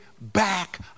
back